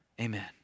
Amen